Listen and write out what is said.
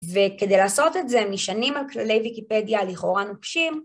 וכדי לעשות את זה, נשענים על כללי ויקיפדיה, לכאורה נוקשים.